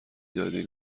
دادی